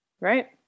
right